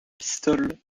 pistoles